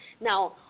Now